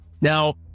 Now